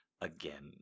again